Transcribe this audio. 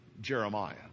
Jeremiah